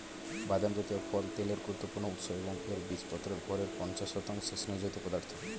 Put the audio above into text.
বাদাম জাতীয় ফল তেলের গুরুত্বপূর্ণ উৎস এবং এর বীজপত্রের ভরের পঞ্চাশ শতাংশ স্নেহজাতীয় পদার্থ